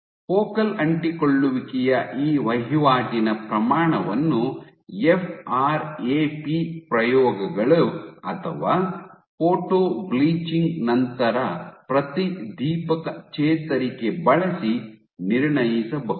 focal ಅಂಟಿಕೊಳ್ಳುವಿಕೆಯ ಈ ವಹಿವಾಟಿನ ಪ್ರಮಾಣವನ್ನು ಎಫ್ಆರ್ಎಪಿ ಪ್ರಯೋಗಗಳು ಅಥವಾ ಫೋಟೊಬ್ಲೀಚಿಂಗ್ ನಂತರ ಪ್ರತಿದೀಪಕ ಚೇತರಿಕೆ ಬಳಸಿ ನಿರ್ಣಯಿಸಬಹುದು